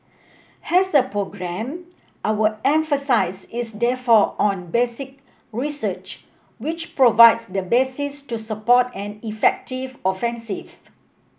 as a programme our emphasis is therefore on basic research which provides the basis to support an effective offensive